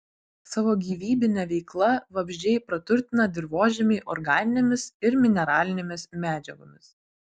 savo gyvybine veikla vabzdžiai praturtina dirvožemį organinėmis ir mineralinėmis medžiagomis